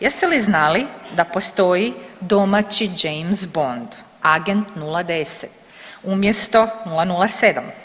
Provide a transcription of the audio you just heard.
Jeste li znali da postoji domaći James Bond, Agent 010, umjesto 007.